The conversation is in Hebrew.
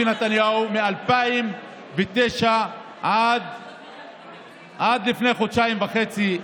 נתניהו מ-2009 עד 2021 לפני חודשיים וחצי,